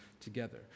together